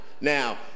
Now